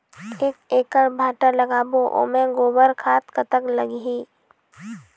एक एकड़ भांटा लगाबो ओमे गोबर खाद कतक लगही?